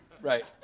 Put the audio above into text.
Right